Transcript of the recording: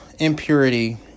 Impurity